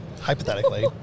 hypothetically